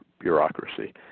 bureaucracy